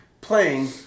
playing